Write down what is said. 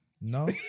No